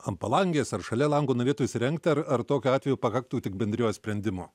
ant palangės ar šalia lango norėtų įsirengti ar ar tokiu atveju pakaktų tik bendrijos sprendimo